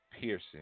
Pearson